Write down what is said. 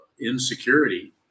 insecurity